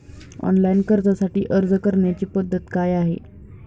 Online कर्जासाठी अर्ज करण्याची पद्धत काय आहे?